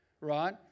right